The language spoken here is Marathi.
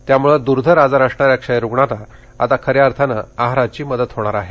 त्यामुळे दूर्धर आजार असणाऱ्या क्षयरुग्णांना आता खऱ्या अथनि आहाराची मदत होणार आहे